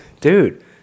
Dude